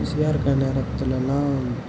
பிஸியாக இருக்கற நேரத்துலெல்லாம்